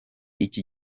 iki